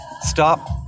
stop